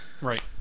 right